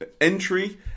entry